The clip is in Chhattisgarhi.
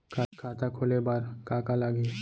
खाता खोले बार का का लागही?